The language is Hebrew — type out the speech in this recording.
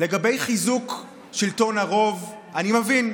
לגבי חיזוק שלטון הרוב אני מבין.